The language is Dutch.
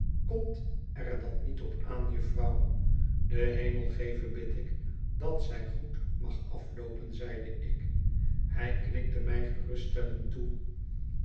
komt er dat niet op aan jufvrouw de hemel geve bid ik dat zij goed mag afloopen zeide ik hij knikte mij geruststellend toe